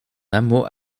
hameau